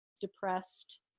depressed